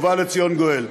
ובא לציון גואל.